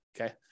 Okay